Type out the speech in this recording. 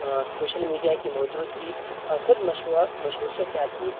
social media کی موجودگی اور خود مشہور شخصیات کی